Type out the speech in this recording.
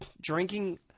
drinking